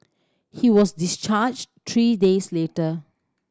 he was discharged three days later